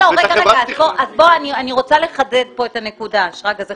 אני רוצה לחדד את הנקודה כי זה חשוב.